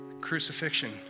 Crucifixion